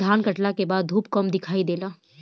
धान काटला के बाद धूप कम दिखाई देला